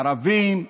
ערבים,